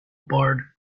barred